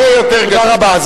הרבה יותר, תודה רבה.